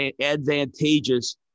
advantageous